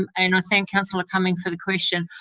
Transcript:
and i and thank councillor cumming for the question.